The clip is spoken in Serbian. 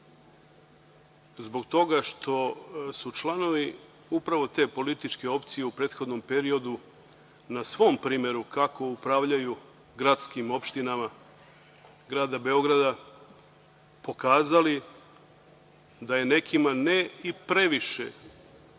zbog toga što su članovi upravo te političke opcije u prethodnom periodu na svom primeru kako upravljaju gradskim opštinama grada Beograda pokazali da je nekima ne i previše